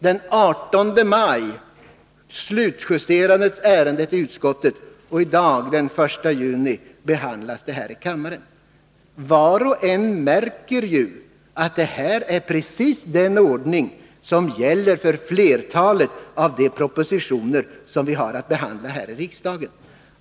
Den 18 maj slutjusterades ärendet i utskottet och i dag den 1 juni behandlas det här i kammaren. Var och en märker ju att det här är precis den ordning som gäller för flertalet av de propositioner som vi har att behandla här i riksdagen.